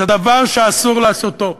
זה דבר שאסור לעשותו.